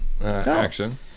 action